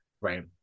Right